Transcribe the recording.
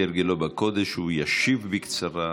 כהרגלו בקודש הוא ישיב בקצרה.